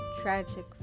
tragic